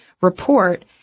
report